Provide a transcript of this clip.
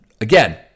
again